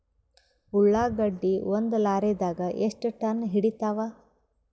ಉಳ್ಳಾಗಡ್ಡಿ ಒಂದ ಲಾರಿದಾಗ ಎಷ್ಟ ಟನ್ ಹಿಡಿತ್ತಾವ?